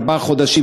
ארבעה חודשים,